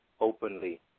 openly